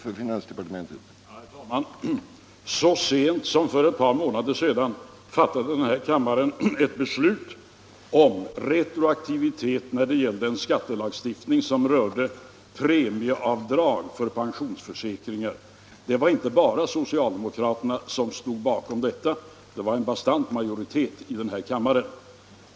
stimulera samåk Herr talman! Så sent som för ett par månader sedan fattade den här = ning med bil till kammaren ett beslut om retroaktivitet när det gällde en skattelagstiftning — läkare och som rörde premieavdrag för pensionsförsäkringar. Det var inte bara so = tandläkare cialdemokraterna som stod bakom detta — det var en bastant majoritet i den här kammaren.